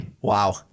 Wow